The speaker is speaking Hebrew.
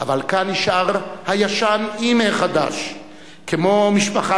ישן./ אבל כאן נשאר הישן עם החדש/ כמו משפחה